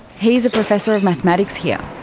he's a professor of mathematics here.